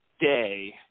day